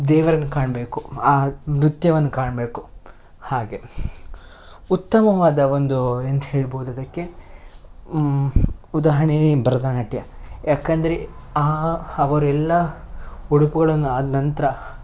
ದೇವರನ್ನು ಕಾಣಬೇಕು ಆ ನೃತ್ಯವನ್ನು ಕಾಣಬೇಕು ಹಾಗೆ ಉತ್ತಮವಾದ ಒಂದು ಎಂತ ಹೇಳ್ಬೋದು ಅದಕ್ಕೆ ಉದಾಹರ್ಣೆಯೇ ಭರತನಾಟ್ಯ ಏಕಂದ್ರೆ ಆ ಅವರೆಲ್ಲ ಉಡುಪುಗಳನ್ನು ಆದ ನಂತರ